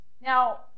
Now